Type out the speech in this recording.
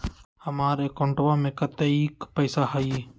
हमार अकाउंटवा में कतेइक पैसा हई?